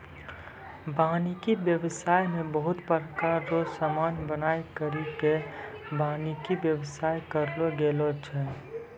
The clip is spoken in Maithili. वानिकी व्याबसाय मे बहुत प्रकार रो समान बनाय करि के वानिकी व्याबसाय करलो गेलो छै